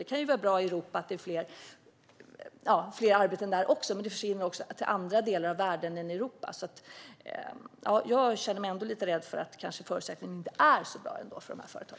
Det kan vara bra med fler arbeten i Europa, men det försvinner också till andra delar av världen. Jag är lite rädd för att förutsättningarna kanske ändå inte är så bra för dessa företag.